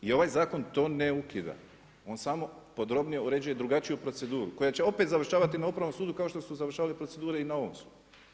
I ovaj zakon to ne ukida, on samo podrobnije uređuje drugačiju proceduru koja će opet završavati na Upravnom sudu kao što su kao što su završavale procedure i na ovom sudu.